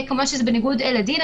וכמובן שזה בניגוד לדין.